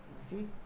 see